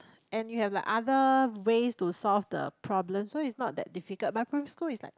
and you have like other waste to solve the problem so is not that difficult but private school is like